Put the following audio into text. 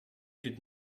did